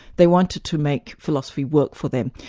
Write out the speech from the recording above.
they wanted to make philosophy work for them.